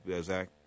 Zach